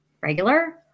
regular